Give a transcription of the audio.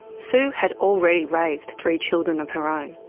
sue had already raised three children of her own,